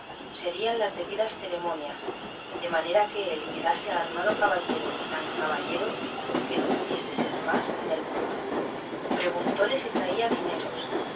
harían las debidas ceremonias de manera que él quedase armado caballero y tan caballero que no pudiese ser más en el mundo preguntóle si traía dineros